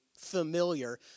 familiar